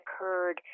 occurred